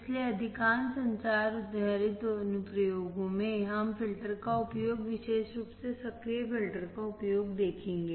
इसलिए अधिकांश संचार आधारित अनुप्रयोगों में हम फिल्टर का उपयोग और विशेष रूप से सक्रिय फिल्टर का उपयोग देखेंगे